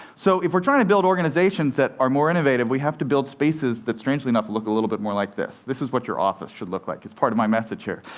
so if we're trying to build organizations that are more innovative, we have to build spaces that, strangely enough, look a bit more like this. this is what your office should look like, it's part of my message here.